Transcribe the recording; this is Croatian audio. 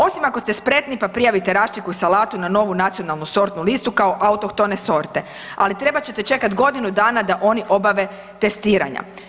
Osim ako ste spretni pa prijavite raštiku i salatu na novu nacionalnu sortnu listu kao autohtone sorte, ali trebat ćete čekati godinu dana da oni obave testiranja.